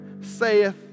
saith